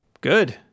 Good